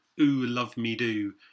ooh-love-me-do